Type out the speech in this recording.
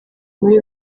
muri